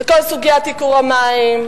זה כל סוגיית ייקור המים,